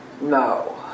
No